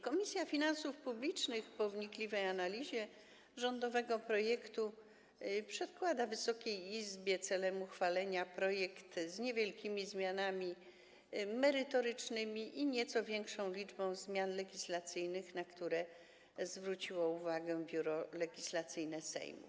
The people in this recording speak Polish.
Komisja Finansów Publicznych po wnikliwej analizie rządowego projektu przedkłada Wysokiej Izbie celem uchwalenia projekt z niewielkimi zmianami merytorycznymi i nieco większą liczbą zmian legislacyjnych, na które zwróciło uwagę Biuro Legislacyjne Sejmu.